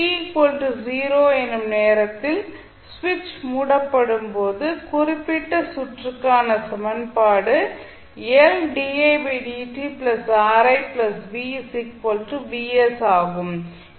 t 0 எனும் நேரத்தில் சுவிட்ச் மூடப்படும் போது குறிப்பிட்ட சுற்றுக்கான சமன்பாடு ஆகும்